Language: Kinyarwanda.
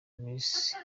miss